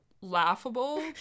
laughable